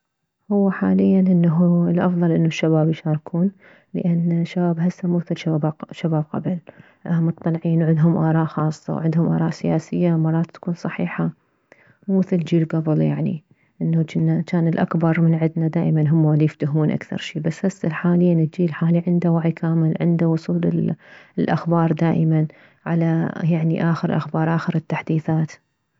هو حاليا انه الافضل انه الشباب يشاركون لان شباب هسه مو مثل شباب شباب قبل مطلعين وعدهم اراء خاصة وعدهم آراء سياسية مرات تكون صحيحة مو مثل جيل كبل يعني انه جنا جان الاكبر من عدنا دائما هم اليفتهمون اكثر شي بس هسه حاليا الجيل الحالي عنده وعي كامل عنده وصول للاخبار دائما على يعني اخر الاخبار اخر التحديثات